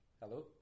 Hello